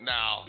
Now